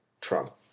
Trump